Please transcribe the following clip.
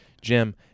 Jim